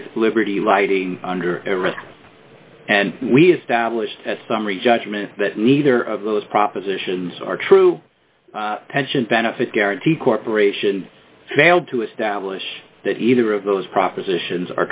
with liberty lighting under arrest and we established that summary judgment that neither of those propositions are true pension benefit guarantee corporation failed to establish that either of those propositions